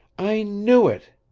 i knew it!